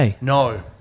No